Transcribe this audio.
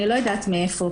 אני לא יודעת מאיפה,